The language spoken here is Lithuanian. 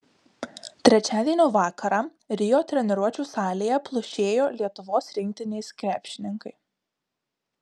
trečiadienio vakarą rio treniruočių salėje plušėjo lietuvos rinktinės krepšininkai